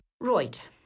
Right